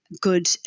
good